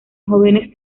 jóvenes